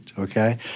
Okay